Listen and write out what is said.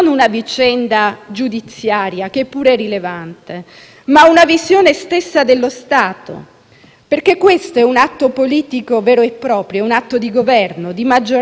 perché questo è un atto politico vero e proprio, un atto di Governo, di maggioranza che in quanto tale dovrebbe prevalere - secondo voi - sull'interesse pubblico.